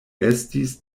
estis